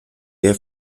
der